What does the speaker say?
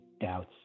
doubts